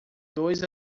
dois